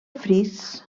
fris